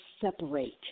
separate